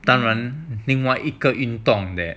当然另外一个运动